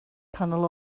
canol